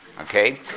Okay